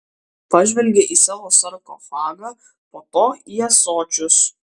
pažvelgė į savo sarkofagą po to į ąsočius